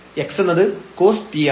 x എന്നത് cos t ആണ്